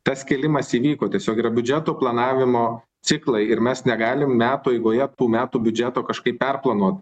tas kėlimas įvyko tiesiog yra biudžeto planavimo ciklai ir mes negalim metų eigoje tų metų biudžeto kažkaip perplanuot